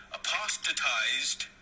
apostatized